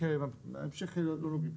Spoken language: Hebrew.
לא נוגעים,